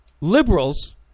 Liberals